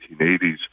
1980s